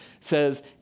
says